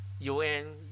UN